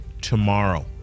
tomorrow